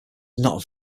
not